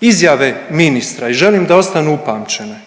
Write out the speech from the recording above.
izjave ministre i želim da ostanu upamćene,